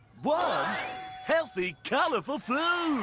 one healthy colorful food.